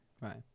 Right